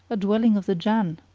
a dwelling of the jann?